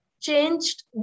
changed